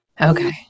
Okay